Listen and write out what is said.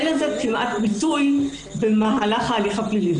אין לזה כמעט ביטוי במהלך ההליך הפלילי.